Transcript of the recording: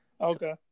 Okay